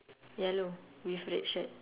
yellow with red shirt